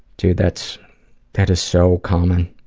dude, that's that is so common,